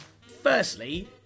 firstly